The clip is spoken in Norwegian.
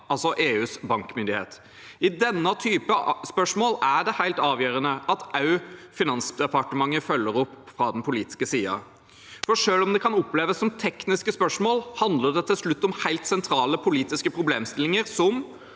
altså EUs bankmyndighet. I denne typen spørsmål er det helt avgjørende at også Finansdepartementet følger opp fra den politiske siden, for selv om det kan oppleves som tekniske spørsmål, handler det til slutt om helt sentrale politiske problemstillinger, som